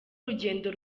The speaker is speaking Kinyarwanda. rugendo